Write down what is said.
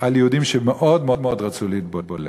על יהודים שמאוד מאוד רצו להתבולל,